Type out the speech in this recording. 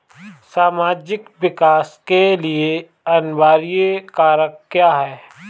सामाजिक विकास के लिए अनिवार्य कारक क्या है?